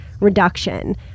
reduction